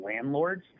landlords